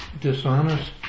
dishonest